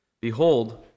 Behold